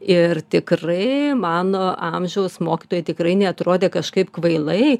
ir tikrai mano amžiaus mokytojai tikrai neatrodė kažkaip kvailai